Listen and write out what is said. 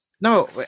No